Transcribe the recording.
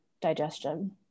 digestion